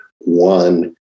one